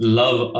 love